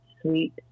sweet